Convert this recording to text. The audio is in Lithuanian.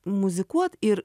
muzikuot ir